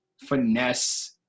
finesse